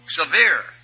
severe